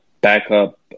backup